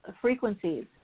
frequencies